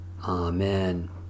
Amen